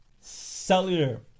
cellular